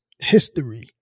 history